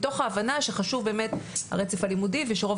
מתוך ההבנה שחשוב באמת הרצף הלימודי ושרוב